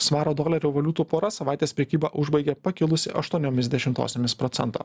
svaro dolerio valiutų pora savaitės prekybą užbaigė pakilusi aštuoniomis dešimtosiomis procento